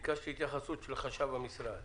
ביקשתי התייחסות של חשב המשרד.